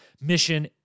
mission